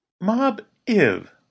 Mob-iv